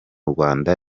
rwanda